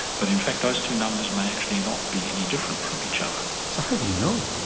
but in fact those two numbers may actually not be any different from each other. so how do you know?